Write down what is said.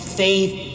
faith